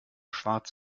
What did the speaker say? schwarz